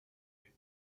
time